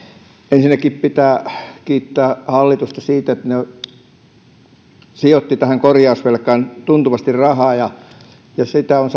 ensinnäkin pitää kiittää hallitusta siitä että se sijoitti tähän korjausvelkaan tuntuvasti rahaa ja ja korjausvelkaa on